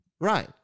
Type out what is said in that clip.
right